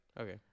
Okay